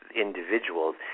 individuals